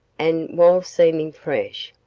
and, while seeming fresh,